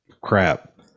crap